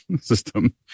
system